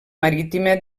marítima